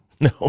No